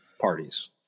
parties